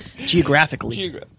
geographically